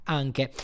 anche